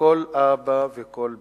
כל אבא וכל אמא,